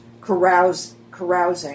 carousing